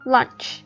Lunch